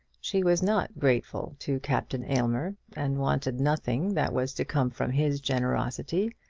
she was not grateful to captain aylmer, and wanted nothing that was to come from his generosity.